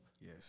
Yes